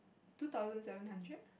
two thousand seven hundred